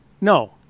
No